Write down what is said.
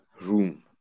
room